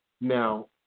Now